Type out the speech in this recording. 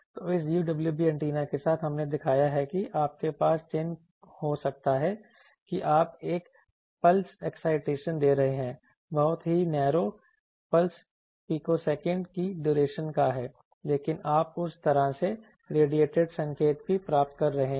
तो इस UWB antenna के साथ हमने दिखाया है कि आपके पास चित्र हो सकता है कि आप एक पल्स एक्साइटेशन दे रहे हैं बहुत ही नैरो पल्स पिकोसेकंड की ड्यूरेशन का है लेकिन आप उस तरह से रेडिएटिड संकेत भी प्राप्त कर रहे हैं